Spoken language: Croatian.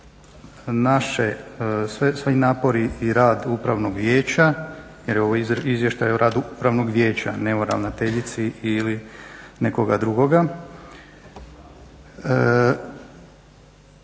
i svi napori i rad Upravnog vijeća, jer je ovo izvještaj u radu Upravnog vijeća, ne o ravnateljici ili nekoga drugoga